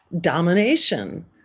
domination